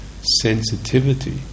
sensitivity